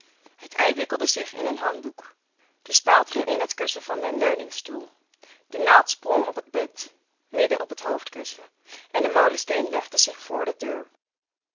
het ei wikkelde zich in een handdoek de speld ging in het kussen van den leuningstoel de naald sprong op het bed midden op het hoofdkussen en de molensteen legde zich voor de deur